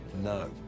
no